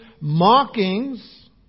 mockings